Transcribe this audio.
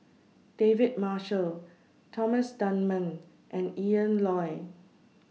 David Marshall Thomas Dunman and Ian Loy